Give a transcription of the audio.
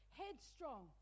headstrong